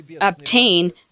obtain